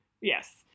Yes